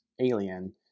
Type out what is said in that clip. alien